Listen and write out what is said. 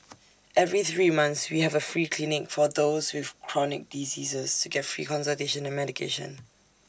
every three months we have A free clinic for those with chronic diseases to get free consultation and medication